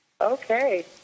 Okay